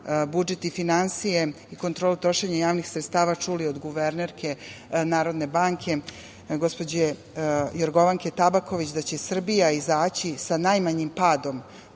budžet , finansije i kontrolu trošenja javnih sredstava čuli od guvernerke Narodne banke, gospođe Jorgovanke Tabaković da će Srbija izaći sa najmanjim padom